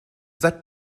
that